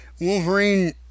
Wolverine